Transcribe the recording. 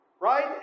right